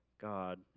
God